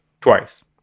twice